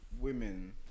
women